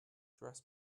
dress